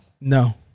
No